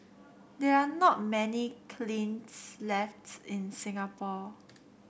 there are not many kilns lefts in Singapore